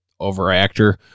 Overactor